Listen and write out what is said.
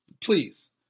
Please